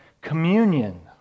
communion